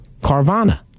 Carvana